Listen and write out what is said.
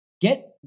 Get